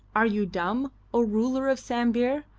are you dumb, o ruler of sambir,